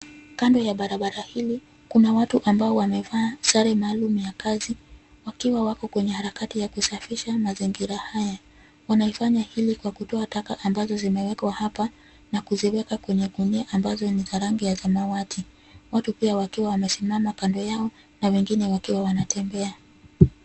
Kando ya barabara hili kuna watu ambao wamevaa sare maalum ya kazi, wakiwa wako kwenye harakati ya kusafisha mazingira haya. Wanaifanya hili kwa kutoa taka ambazo zimewekwa hapa na kuziweka kwenye gunia ambazo ni za rangi ya samawati. Watu pia wakiwa wamesimama kando yao na wengine wakiwa wanatembea.